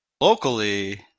locally